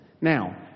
Now